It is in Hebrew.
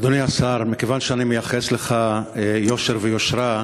אדוני השר, מכיוון שאני מייחס לך יושר ויושרה,